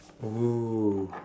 oh